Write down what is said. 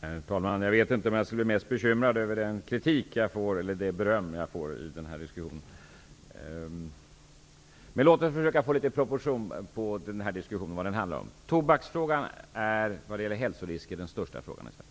Herr talman! Jag vet inte vad jag skall vara mest bekymrad över. Jag har ju fått både kritik och beröm i den här diskussionen. Men låt oss försöka få litet proportioner på innehållet. Tobaksfrågan är vad gäller hälsorisker den största frågan i Sverige.